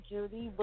Judy